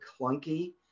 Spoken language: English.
clunky